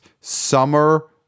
summer